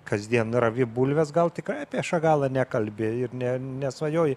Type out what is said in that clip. kasdien ravi bulves gal tikrai apie šagalą nekalbi ir ne nesvajoji